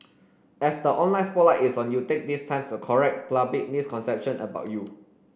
as the online spotlight is on you take this time to correct misconception about you